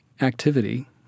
activity